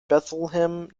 bethlehem